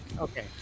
Okay